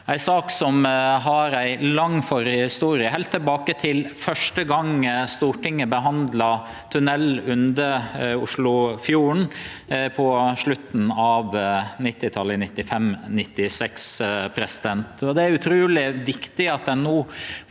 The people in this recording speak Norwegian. ei sak som har ei lang forhistorie, heilt tilbake til den første gongen Stortinget behandla tunnel under Oslofjorden på slutten av 1990-talet, i 1995/1996. Det er utruleg viktig at ein no